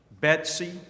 Betsy